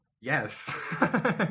yes